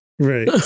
Right